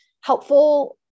helpful